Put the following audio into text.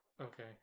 Okay